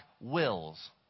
wills